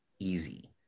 easy